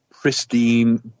pristine